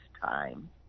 time